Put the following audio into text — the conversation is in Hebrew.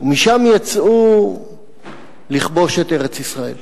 משם יצאו לכבוש את ארץ-ישראל.